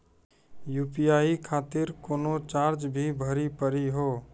UPI खातिर कोनो charge भी भरी पड़ी हो?